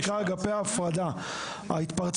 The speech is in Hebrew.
יש מושג שנקרא אגפי הפרדה.